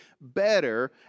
better